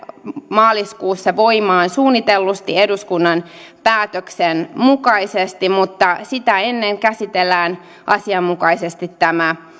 maaliskuussa voimaan suunnitellusti eduskunnan päätöksen mukaisesti mutta sitä ennen käsitellään asianmukaisesti tämä